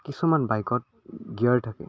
কিছুমান বাইকত গিয়াৰ থাকে